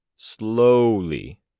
Slowly